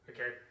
Okay